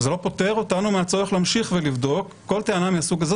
זה לא פוטר אותנו מהצורך להמשיך ולבדוק כל טענה מהסוג הזה.